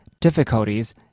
difficulties